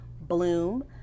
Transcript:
Bloom